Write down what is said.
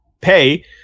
pay